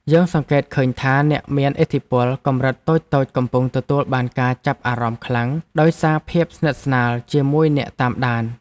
យើងសង្កេតឃើញថា អ្នកមានឥទ្ធិពលកម្រិតតូចៗកំពុងទទួលបានការចាប់អារម្មណ៍ខ្លាំងដោយសារភាពស្និទ្ធស្នាលជាមួយអ្នកតាមដាន។